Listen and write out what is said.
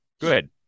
Good